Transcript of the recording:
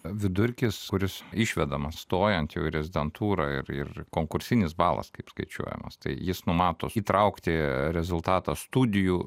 vidurkis kuris išvedamas stojant jau į rezidentūrą ir ir konkursinis balas kaip skaičiuojamas tai jis numato įtraukti rezultatą studijų